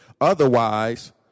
Otherwise